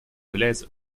является